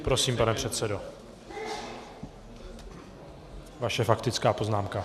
Prosím, pane předsedo, vaše faktická poznámka.